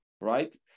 right